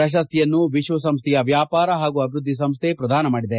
ಪ್ರಶಸ್ತಿಯನ್ನು ವಿಶ್ವಸಂಸ್ಥೆಯ ವ್ಯಾಪಾರ ಹಾಗೂ ಅಭಿವೃದ್ಧಿ ಸಂಸ್ಥೆ ಪ್ರದಾನ ಮಾಡಿದೆ